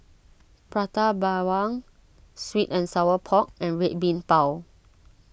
Prata Bawang Sweet and Sour Pork and Red Bean Bao